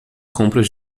compras